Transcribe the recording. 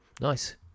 Nice